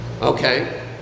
Okay